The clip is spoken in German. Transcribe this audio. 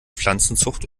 pflanzenzucht